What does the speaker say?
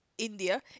India